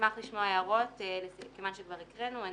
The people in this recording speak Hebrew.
נשמח לשמוע הערות למה שהקראנו.